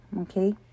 okay